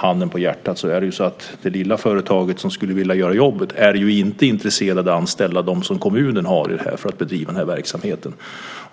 Handen på hjärtat - det lilla företaget som skulle vilja göra jobbet är inte intresserat av att anställa dem som kommunen har anställt för att bedriva den här verksamheten.